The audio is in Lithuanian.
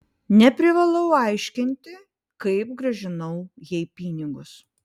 neprivalau aiškinti kaip grąžinau jai pinigus